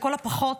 לכל הפחות,